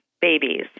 babies